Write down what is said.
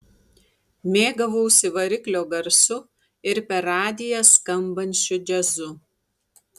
mėgavausi variklio garsu ir per radiją skambančiu džiazu